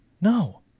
No